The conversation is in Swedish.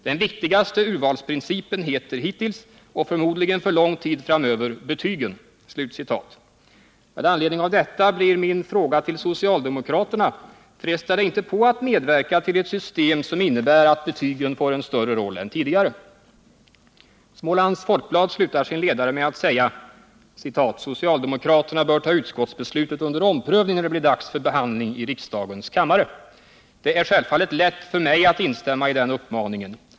Den viktigaste urvalsprincipen heter hittills — och förmodligen för lång tid framöver — betygen.” Med anledning av detta blir min fråga till socialdemokraterna: Frestar det inte på att medverka till ett system, som innebär att betygen får en större roll än tidigare? Smålands Folkblad slutar sin ledare med att säga: ”Socialdemokraterna bör ta utskottsbeslutet under omprövning när det blir dags för behandling i riksdagens kammare!” Det är självfallet lätt för mig att instämma i den uppmaningen.